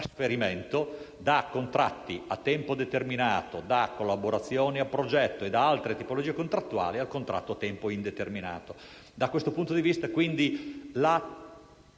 da contratti a tempo determinato, da collaborazioni a progetto e da altre tipologie contrattuali a contratti a tempo indeterminato.